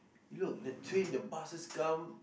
you look the train the buses come